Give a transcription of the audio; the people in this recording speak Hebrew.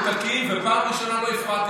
קודם כול, אני מודה לך, ובפעם הראשונה לא הפרעתם.